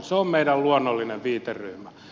se on meidän luonnollinen viiteryhmä